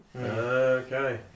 okay